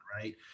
right